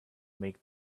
make